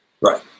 Right